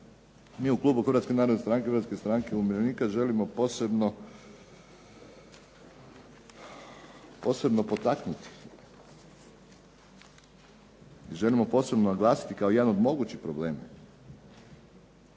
mi u klubu Hrvatske narodne stranke, Hrvatske stranke umirovljenika želimo posebno potaknuti, želimo posebno naglasiti kao jedan od mogućih problema.